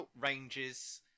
ranges